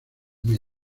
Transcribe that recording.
meno